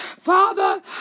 Father